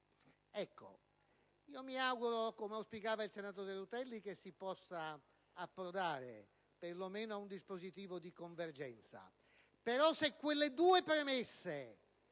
mi auguro, come auspicava il senatore Rutelli, che si possa approdare perlomeno a un dispositivo di convergenza,